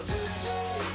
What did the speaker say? Today